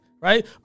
right